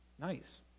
nice